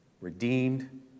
redeemed